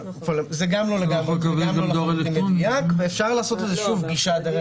זה גם לא לגמרי מדויק, ואפשר לעשות גישה דרך